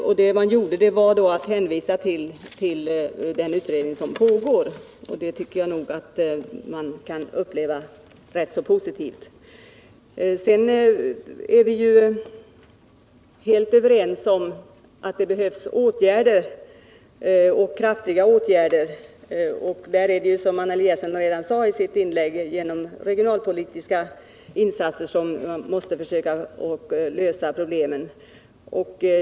Vad utskottet gjorde var att det hänvisade till den utredning som pågår, och det tycker jag bör kunna upplevas som rätt positivt. Vi är helt överens om att det behövs kraftiga åtgärder för att lösa dessa problem, och det är, som Anna Eliasson redan sagt i sitt inlägg, genom regionalpolitiska insatser som man måste försöka lösa problemen.